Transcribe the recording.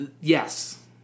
Yes